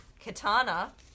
Katana